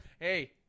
Hey